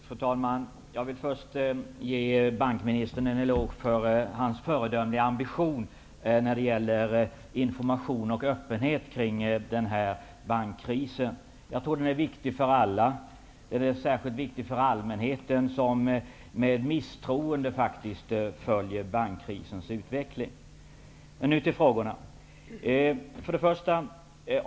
Fru talman! Jag vill först ge bankministern en eloge för hans föredömliga ambition när det gäller information och öppenhet kring denna bankkris. Jag tror att den är viktig för alla. Den är särskilt viktig för allmänheten, som med misstroende faktiskt följer bankkrisens utveckling. Nu skall jag gå över till frågorna. 1.